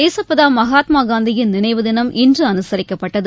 தேச பிதா மகாத்மா காந்தியின் நினைவு தினம் இன்று அனுசரிக்கப்பட்டது